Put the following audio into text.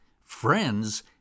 friends